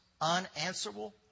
unanswerable